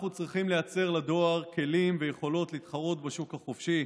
אנחנו צריכים לייצר לדואר כלים ויכולות להתחרות בשוק החופשי,